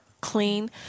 clean